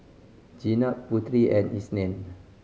Jenab Putri and Isnin